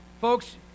Folks